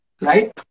Right